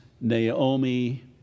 Naomi